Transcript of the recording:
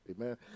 Amen